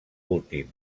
últim